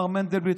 מר מנדלבליט,